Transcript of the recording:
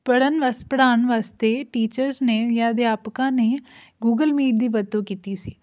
ਪੜ੍ਹਨ ਵਸ ਪੜ੍ਹਾਉਣ ਵਾਸਤੇ ਟੀਚਰਸ ਨੇ ਜਾਂ ਅਧਿਆਪਕਾਂ ਨੇ ਗੂਗਲ ਮੀਟ ਦੀ ਵਰਤੋਂ ਕੀਤੀ ਸੀ